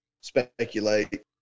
speculate